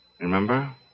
Remember